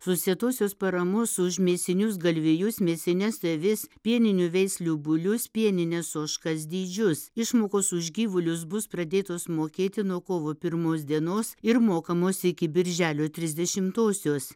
susietosios paramos už mėsinius galvijus mėsines avis pieninių veislių bulius pienines ožkas dydžius išmokos už gyvulius bus pradėtos mokėti nuo kovo pirmos dienos ir mokamos iki birželio trisdešimtosios